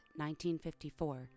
1954